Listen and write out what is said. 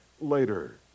later